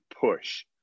push